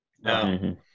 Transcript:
No